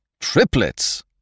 Triplets